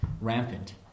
rampant